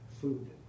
food